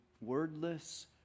wordless